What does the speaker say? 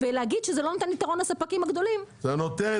ולהגיד שזה לא נותן יתרון לספקים הגדולים --- זה נותן,